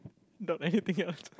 got anything else